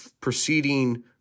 proceeding